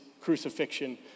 crucifixion